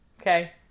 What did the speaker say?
okay